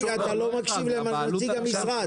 אתה לא מקשיב לנציג המשרד.